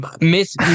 miss